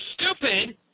stupid